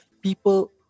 people